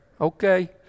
Okay